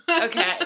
Okay